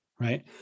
right